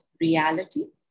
reality